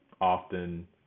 often